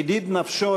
ידיד נפשו,